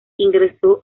ingresó